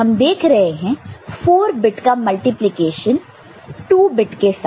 तो हम देख रहे हैं 4 बिट का मल्टीप्लिकेशन 2 बिट के साथ